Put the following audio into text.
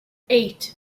eight